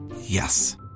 Yes